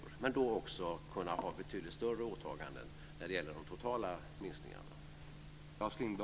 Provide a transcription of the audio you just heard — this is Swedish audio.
Då skulle man också kunna ha betydligt större åtaganden när det gäller de totala minskningarna.